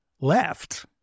left